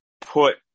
put